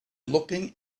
looking